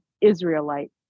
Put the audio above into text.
israelite